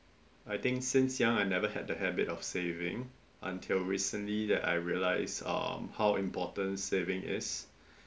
I think since young I never had the habit of saving until recently that I realised um how important saving is